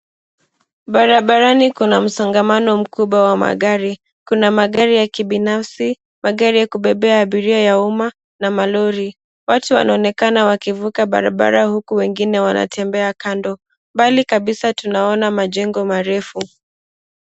Barabarani kuna msongamano mkubwa wa magari. Kuna magari ya kibinafsi, magari ya kubebea abira ya umma na malori. Watu wanaonekana wakivuka barabara huku wengine wanatembea kando. Mbali kabisa tunaona majengo marefu.